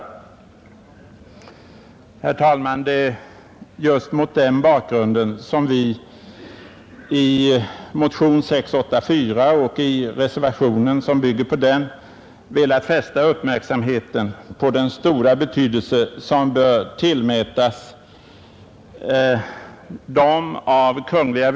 Herr talman! Det är just mot den bakgrunden som vi i motionen 684 och i den reservation som bygger på denna motion velat fästa uppmärksamheten på den stora betydelse som bör tillmätas de av Kungl.